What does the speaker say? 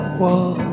wall